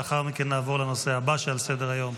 לאחר מכן נעבור לנושא הבא שעל סדר-היום.